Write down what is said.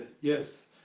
yes